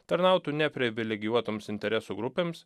tarnautų ne privilegijuotoms interesų grupėms